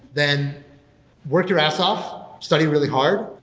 then work your ass off, study really hard.